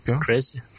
crazy